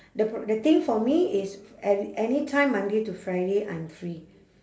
the pro~ the thing for me is ever~ anytime monday to friday I'm free